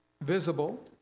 visible